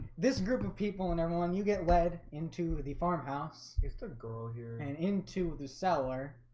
this group of people and everyone you get led into the farmhouse mister girl here and into the seller